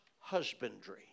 husbandry